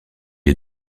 est